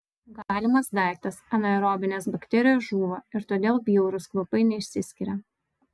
galimas daiktas anaerobinės bakterijos žūva ir todėl bjaurūs kvapai neišsiskiria